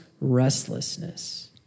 restlessness